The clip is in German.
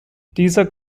dieser